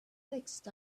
fixed